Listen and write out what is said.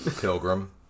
Pilgrim